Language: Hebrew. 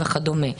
וכדומה,